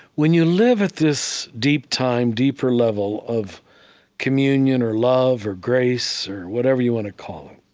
when you live at this deep time, deeper level of communion or love or grace or whatever you want to call it,